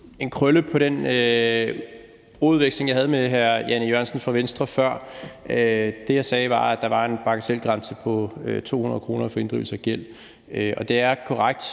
en krølle på den ordveksling, jeg havde med hr. Jan E. Jørgensen fra Venstre før. Det, jeg sagde, var, at der var en bagatelgrænse på 200 kr. for inddrivelse af gæld, og det er korrekt,